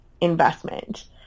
investment